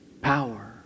power